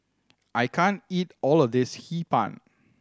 I can't eat all of this Hee Pan